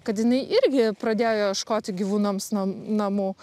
kad jinai irgi pradėjo ieškoti gyvūnams nam namų